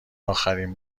اخرین